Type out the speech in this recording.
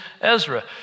Ezra